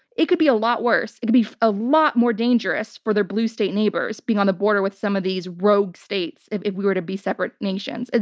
it could be a lot worse. it could be a lot more dangerous for the blue state neighbors being on the border with some of these rogue states if if we were to be separate nations. and